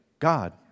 God